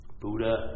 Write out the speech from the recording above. Buddha